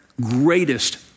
greatest